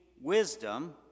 wisdom